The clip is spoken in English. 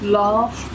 love